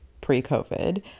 pre-COVID